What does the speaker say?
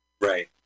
Right